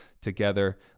together